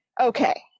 okay